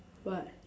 what